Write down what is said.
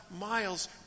miles